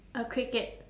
a cricket